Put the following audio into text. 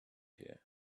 here